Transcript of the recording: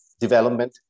development